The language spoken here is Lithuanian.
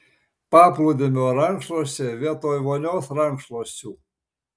paplūdimio rankšluosčiai vietoj vonios rankšluosčių